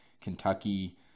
Kentucky